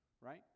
Right